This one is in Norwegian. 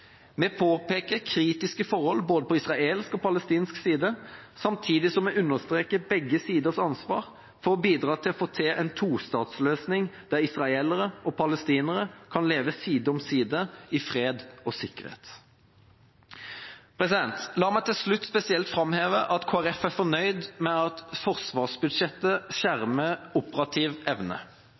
Vi påpeker kritiske forhold på både israelsk og palestinsk side, samtidig som vi understreker begge siders ansvar for å bidra til å få til en to-statsløsning der israelere og palestinere kan leve side om side i fred og sikkerhet. La meg til slutt spesielt framheve at Kristelig Folkeparti er fornøyd med at forsvarsbudsbudsjettet skjermer operativ evne.